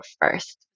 first